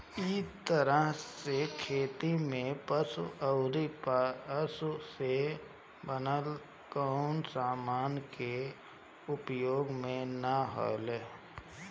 इ तरह के खेती में पशु अउरी पशु से बनल कवनो समान के उपयोग ना होला